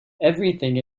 everything